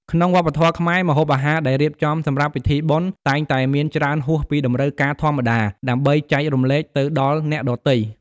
ក្នុងវប្បធម៌ខ្មែរ ម្ហូបអាហារដែលរៀបចំសម្រាប់ពិធីបុណ្យ តែងតែមានច្រើនហួសពីតម្រូវការធម្មតា ដើម្បីចែករំលែកទៅដល់អ្នកដទៃ។